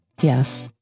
Yes